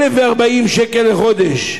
1,040 שקל לחודש,